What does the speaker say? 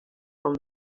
from